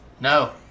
no